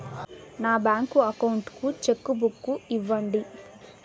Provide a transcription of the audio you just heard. నా bank account కు cheque book ఇవ్వండి